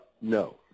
no